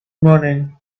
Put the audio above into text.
morning